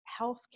healthcare